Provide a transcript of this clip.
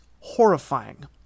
horrifying